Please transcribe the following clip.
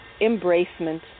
embracement